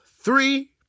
three